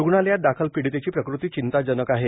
रूग्णालयात दाखल पिडीतेची प्रकती चिंताजनक आहे